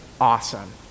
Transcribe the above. awesome